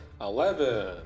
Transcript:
eleven